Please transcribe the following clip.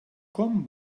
com